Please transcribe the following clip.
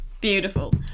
Beautiful